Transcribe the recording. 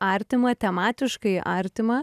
artima tematiškai artima